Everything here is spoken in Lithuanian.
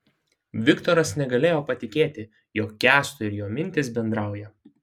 viktoras negalėjo patikėti jog kęsto ir jo mintys bendrauja